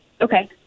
Okay